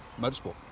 motorsport